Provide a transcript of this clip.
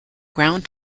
ground